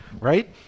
right